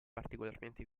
particolarmente